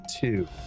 two